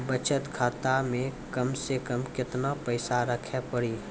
बचत खाता मे कम से कम केतना पैसा रखे पड़ी?